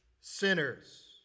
sinners